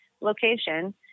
location